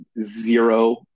zero